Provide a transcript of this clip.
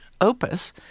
opus